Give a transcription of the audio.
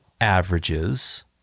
averages